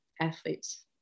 athletes